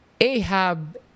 Ahab